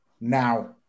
now